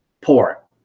poor